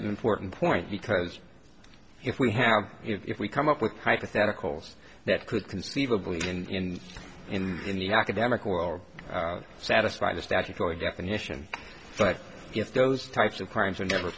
an important point because if we have if we come up with hypotheticals that could conceivably in and in the academic world satisfy the statutory definition but if those types of crimes are never